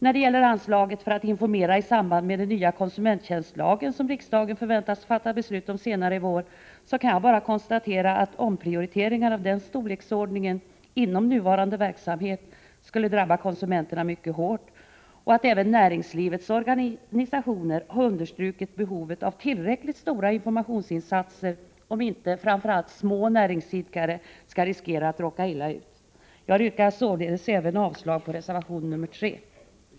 När det gäller anslaget för att informera i samband med den nya konsumenttjänstlag som riksdagen förväntas fatta beslut om senare i vår kan jag bara konstatera att omprioriteringar i den storleksordningen inom nuvarande verksamhet skulle drabba konsumenterna mycket hårt. Dessutom har även näringslivets organisationer understrukit behovet av tillräckligt stora informationsinsatser för att inte framför allt små näringsidkare skall behöva riskera att råka illa ut. Jag yrkar således avslag även på reservation nr 3.